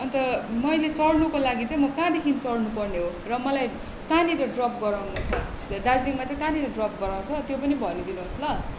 अन्त मैले चड्नुको लागि चाहिँ म कहाँदेखि चड्नु पर्ने हो र मलाई कहाँनिर ड्रप गराउनु हुन्छ उसले दार्जिलिङमा चैँ काँनिर ड्रप गराउँछ मलाई त्यो पनि भनिदिनुहोस् ल